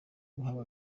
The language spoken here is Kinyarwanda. guhabwa